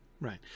Right